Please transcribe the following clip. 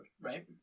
right